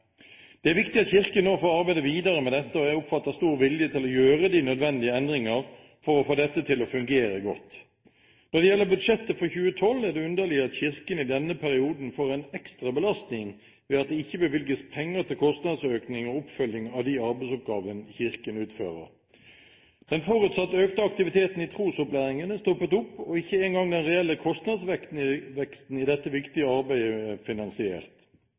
Det er viktig at Kirken nå får arbeide videre med dette, og jeg oppfatter stor vilje til å gjøre de nødvendige endringer for å få dette til å fungere godt. Når det gjelder budsjettet for 2012, er det underlig at Kirken i denne perioden får en ekstra belastning ved at det ikke bevilges penger til kostnadsøkning og oppfølging av de arbeidsoppgavene Kirken utfører. Den forutsatte økte aktiviteten i trosopplæringen har stoppet opp, og ikke engang den reelle kostnadsveksten i dette viktige arbeidet er finansiert.